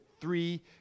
three